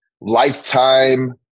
lifetime